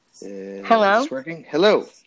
Hello